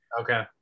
okay